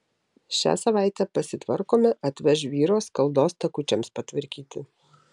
šią savaitę pasitvarkome atveš žvyro skaldos takučiams patvarkyti